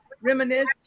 reminisce